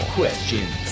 questions